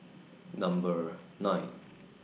Number nine